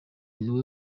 niwe